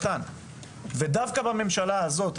דווקא בממשלה הזאת,